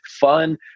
fun